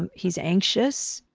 and he's anxious.